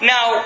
Now